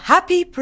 Happy